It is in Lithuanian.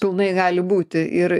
pilnai gali būti ir